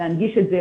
להנגיש את זה,